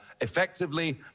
effectively